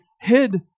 hid